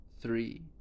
three